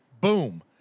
boom